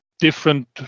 different